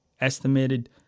estimated